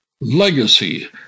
Legacy